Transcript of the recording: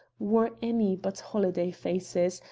wore any but holiday faces,